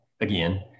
again